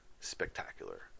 spectacular